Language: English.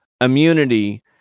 immunity